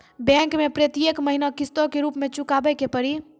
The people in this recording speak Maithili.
बैंक मैं प्रेतियेक महीना किस्तो के रूप मे चुकाबै के पड़ी?